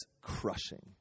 crushing